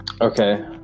Okay